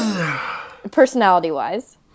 Personality-wise